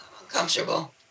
uncomfortable